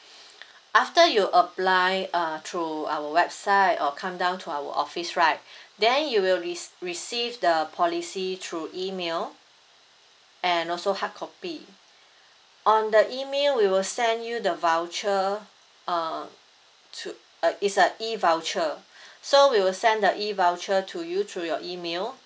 after you apply uh through our website or come down to our office right then you will rec~ receive the policy through email and also hard copy on the email we will send you the voucher uh to uh it's a E voucher so we will send the E voucher to you through your email